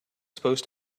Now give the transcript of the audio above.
supposed